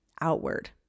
outward